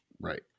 Right